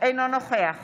אינו נוכח